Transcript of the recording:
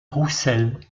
roussel